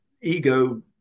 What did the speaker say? ego